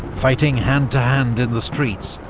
fighting hand to hand in the streets,